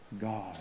God